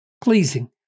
pleasing